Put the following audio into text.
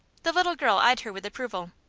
the little girl eyed her with approval.